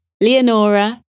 Leonora